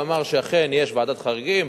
אמר שאכן יש ועדת חריגים,